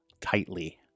tightly